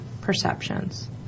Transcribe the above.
perceptions